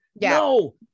no